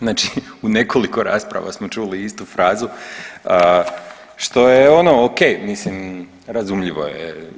Znači u nekoliko rasprava smo čuli istu frazu, što je ono ok, mislim razumljivo je.